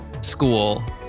school